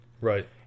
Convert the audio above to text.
Right